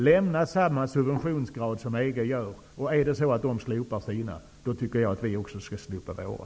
Lämna samma subventionsgrad som EG gör! Om de slopar sina subventioner, tycker jag att vi också skall slopa våra.